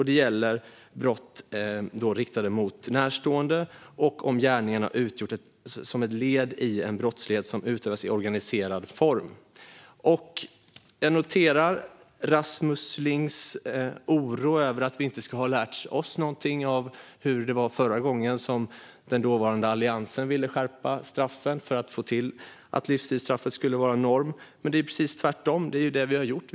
Det gäller brott riktade mot närstående och om gärningen har utgjort ett led i en brottslighet som utövas i organiserad form. Jag noterar Rasmus Lings oro över att vi inte har lärt oss någonting av hur det var förra gången, då den dåvarande Alliansen ville skärpa straffen och få till att livstidsstraff ska vara norm. Men det är precis tvärtom - det är ju detta vi har gjort.